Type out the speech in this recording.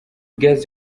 gaz